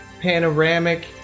panoramic